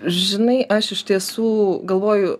žinai aš iš tiesų galvoju